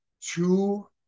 two